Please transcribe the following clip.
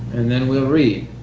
and then we'll read